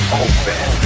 open